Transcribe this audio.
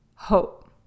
hope